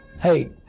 Hey